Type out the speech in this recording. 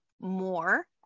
more